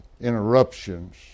interruptions